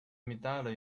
medulla